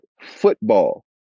football